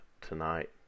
tonight